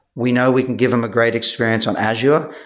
we know we can give them a great experience on azure.